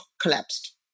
collapsed